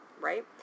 right